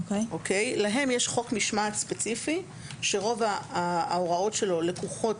להם יש חוק משמעת ספציפי שרוב ההוראות שלו לקוחות